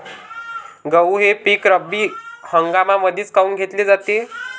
गहू हे पिक रब्बी हंगामामंदीच काऊन घेतले जाते?